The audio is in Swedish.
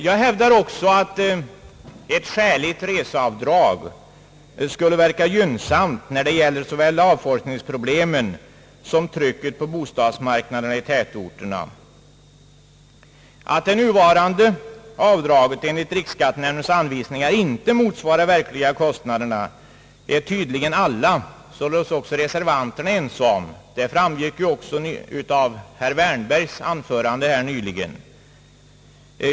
Jag hävdar också att ett skäligt reseavdrag skulle verka gynnsamt när det gäller att komma till rätta med såväl avfolkningsproblemen som trycket på bostadsmarknaden i tätorterna. Att det nuvarande avdraget enligt riksskattenämndens anvisningar inte motsvarar de verkliga kostnaderna, är tydligen alla, således också reservanterna, ense om — det framgick ju också av herr Wärnbergs anförande här nyligen.